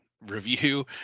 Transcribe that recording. review